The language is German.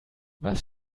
was